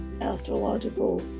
astrological